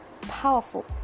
powerful